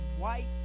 white